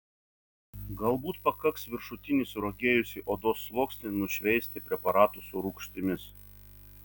galbūt pakaks viršutinį suragėjusį odos sluoksnį nušveisti preparatu su rūgštimis